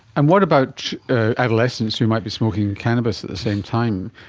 and what about adolescents who might be smoking cannabis at the same time,